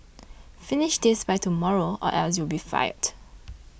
finish this by tomorrow or else you'll be fired